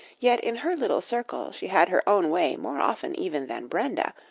yet in her little circle she had her own way more often even than brenda,